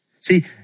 See